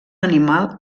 animal